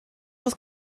wat